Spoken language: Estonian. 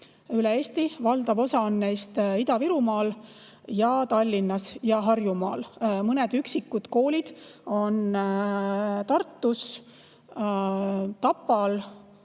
üle Eesti 73, valdav osa on neist Ida-Virumaal ja Tallinnas ja Harjumaal. Mõned üksikud koolid on Tartus, Tapal,